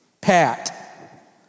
Pat